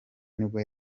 nibwo